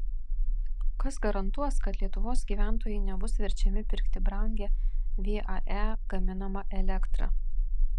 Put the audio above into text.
kas garantuos kad lietuvos gyventojai nebus verčiami pirkti brangią vae gaminamą elektrą